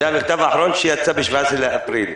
זה המכתב האחרון שיצא ב-17 באפריל,